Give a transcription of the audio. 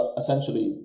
essentially